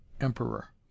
emperor